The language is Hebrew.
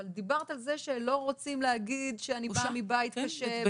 אבל דיברת על זה שלא רוצים להגיד שאני באה מבית קשה,